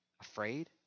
Afraid